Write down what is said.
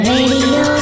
Radio